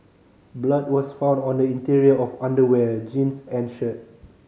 blood was found on the interior of underwear jeans and shirt